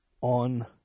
on